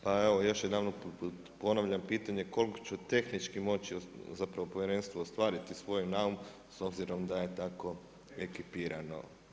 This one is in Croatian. Pa evo još jedanput ponavljam pitanje koliko će tehnički moći povjerenstvo ostvariti svoj naum s obzirom da je tako ekipirano?